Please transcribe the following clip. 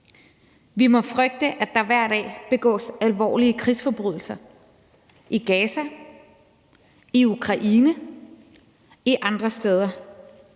Vi må frygte, at der hver dag begås alvorlige krigsforbrydelser i Gaza, i Ukraine og andre steder